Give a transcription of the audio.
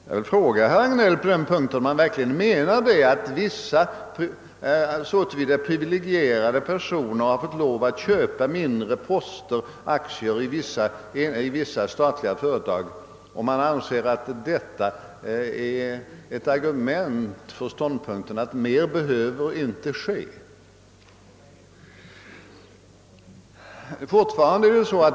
Jag vill fråga herr Hagnell om han verkligen menar att det förhållandet att vissa personer är så till vida privilegierade att de fått tillstånd att köpa mindre aktieposter i vissa statliga företag är ett argument för ståndpunkten att mera inte behöver göras på denna punkt. Fortfarande finns det f.ö.